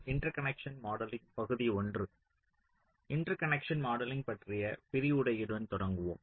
interconnecting modelling பற்றிய விரிவுரையுடன் தொடங்குவோம்